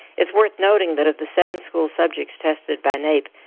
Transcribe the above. it's worth noting that of the seven school subjects tested by naep,